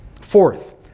Fourth